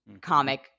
comic